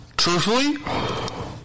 Truthfully